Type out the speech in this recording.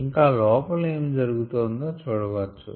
ఇంకా లోపల ఏమి జరుగుతుందో చూడవచ్చు